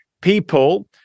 People